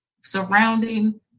surrounding